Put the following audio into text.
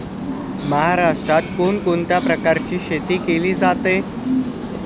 महाराष्ट्रात कोण कोणत्या प्रकारची शेती केली जाते?